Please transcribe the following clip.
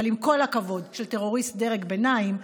אבל עם כל הכבוד, של טרוריסט דרג ביניים.